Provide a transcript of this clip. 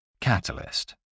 Catalyst